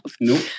Nope